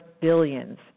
billions